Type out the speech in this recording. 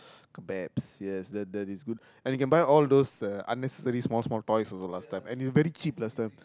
kebabs yes that that is good and you can buy all those unnecessary small small toys also last time and is very cheap last time